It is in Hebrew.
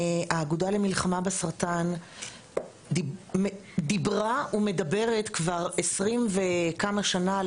האגודה למלחמה בסרטן דיברה ומדברת כבר 20 וכמה שנים,